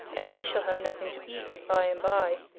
and we shall have nothing to eat by and by.